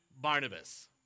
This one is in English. Barnabas